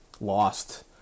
lost